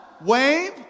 wave